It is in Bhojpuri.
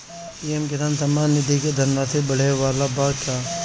पी.एम किसान सम्मान निधि क धनराशि बढ़े वाला बा का?